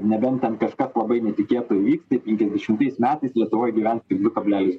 nebent tan kas labai netikėtai įvyks tai penkiasdešimtais metais lietuvoje gyvens tik du kablelis